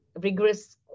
rigorous